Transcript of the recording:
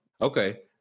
Okay